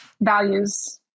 Values